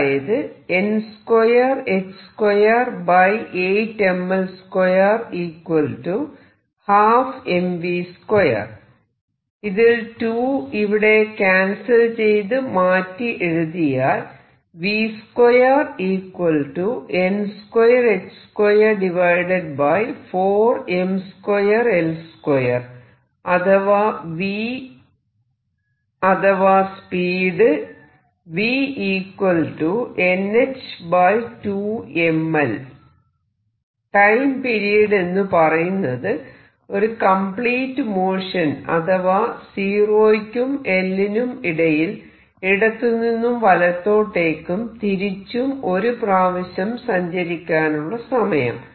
അതായത് ഇതിൽ 2 ഇവിടെ ക്യാൻസൽ ചെയ്ത് മാറ്റി എഴുതിയാൽ അഥവാ v അഥവാ സ്പീഡ് ടൈം പീരീഡ് എന്ന് പറയുന്നത് ഒരു കംപ്ലീറ്റ് മോഷൻ അഥവാ 0 യ്ക്കും L നും ഇടയിൽ ഇടത്തുനിന്നും വലത്തോട്ടേകും തിരിച്ചും ഒരു പ്രാവശ്യം സഞ്ചരിക്കാനുള്ള സമയം